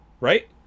right